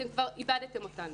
אתם כבר איבדתם אותנו.